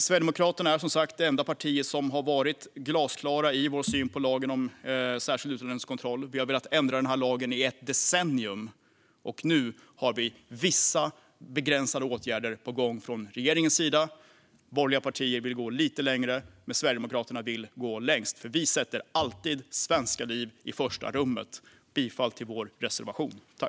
Sverigedemokraterna är som sagt det enda parti som har varit glasklart i sin syn på lagen om särskild utlänningskontroll. Vi har velat ändra lagen i ett decennium. Nu har vi vissa begränsade åtgärder på gång från regeringens sida. Borgerliga partier vill gå lite längre. Sverigedemokraterna vill dock gå längst, för vi sätter alltid svenskar i första rummet. Jag yrkar bifall till vår reservation 6.